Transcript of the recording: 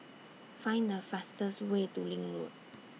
Find The fastest Way to LINK Road